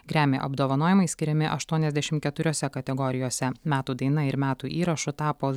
gremi apdovanojimai skiriami aštuoniasdešimt keturiose kategorijose metų daina ir metų įrašu tapo